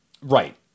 Right